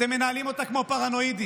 אתם מנהלים אותה כמו פרנואידים.